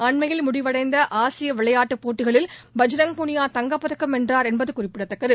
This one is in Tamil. அண்மையில் முடிவளடந்த ஆசிய விளையாட்டுப் போட்டிகளில் பஜ்ரங் புனியா தங்க பதக்கம் வென்றார் என்பது குறிப்பிடதக்கது